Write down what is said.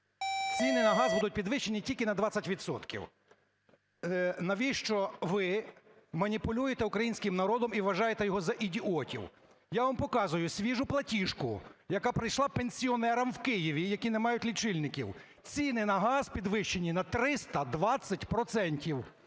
ціни на газ будуть підвищені тільки на 20 відсотків. Навіщо ви маніпулюєте українським народом і вважаєте його за ідіотів? Я вам показую свіжу платіжку, яка прийшла пенсіонерам в Києві, які не мають лічильників: ціни на газ підвищені на 320